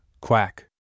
Quack